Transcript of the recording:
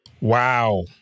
Wow